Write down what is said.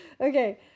Okay